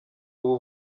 ubu